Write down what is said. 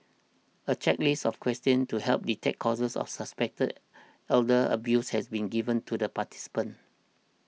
a checklist of questions to help detect cases of suspected elder abuse has been given to the participants